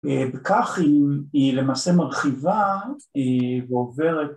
וכך היא למעשה מרחיבה ועוברת